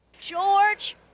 George